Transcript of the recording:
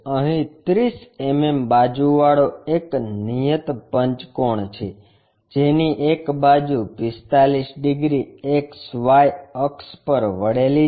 અહીં 30 મીમી બાજુ વાળો એક નિયમિત પંચકોણ છે જેની એક બાજુ 45 ડિગ્રી XY અક્ષ પર વળેલી છે